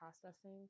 processing